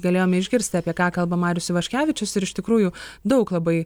galėjom išgirsti apie ką kalba marius ivaškevičius ir iš tikrųjų daug labai